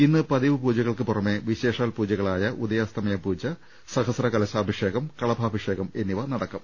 ഇന്ന് പതിവ് പൂജകൾക്ക് പുറമേ വിശേഷാൽ പൂജകളായ ഉദയാസ്തമന പൂജ സഹസ്ര കലശാഭിഷേകം കളഭാഭിഷേകം എന്നിവ നടക്കും